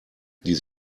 die